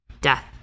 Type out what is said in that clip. Death